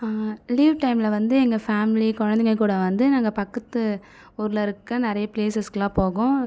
leave டைமில் வந்து எங்கள் ஃபேமிலி குழந்தைக கூட வந்து நாங்கள் பக்கத்து ஊரில் இருக்கற நிறைய ப்ளேசஸ்க்கெல்லாம் போகும்